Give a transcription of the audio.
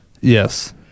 Yes